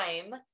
time